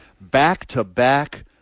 Back-to-back